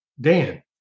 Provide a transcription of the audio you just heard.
Dan